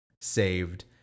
saved